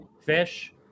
fish